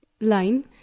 line